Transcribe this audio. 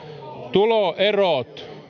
tuloerot